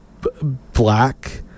Black